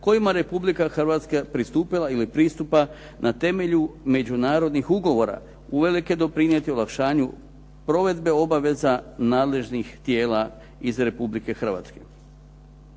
kojima Republika Hrvatska pristupila ili pristupa na temelju međunarodnih ugovora, uvelike doprinijeti olakšanju provedbe obaveza nadležnih tijela iz Republike Hrvatske.